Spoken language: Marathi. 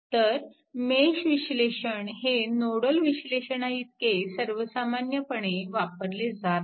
तर मेश विश्लेषण हे नोडल विश्लेषणाइतके सर्वसामान्यपणे वापरले जात नाही